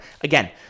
Again